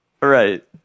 Right